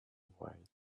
white